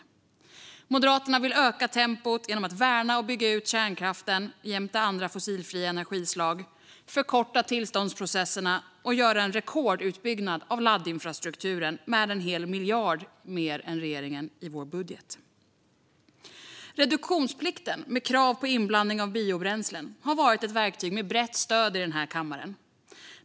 Vi i Moderaterna vill öka tempot genom att värna och bygga ut kärnkraften jämte andra fossilfria energislag, förkorta tillståndsprocesserna och göra en rekordutbyggnad av laddinfrastrukturen med en hel miljard mer än regeringen i vår budget. Reduktionsplikten med krav på inblandning av biobränslen har varit ett verktyg med brett stöd i den här kammaren.